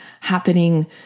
happening